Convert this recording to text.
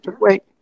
Wait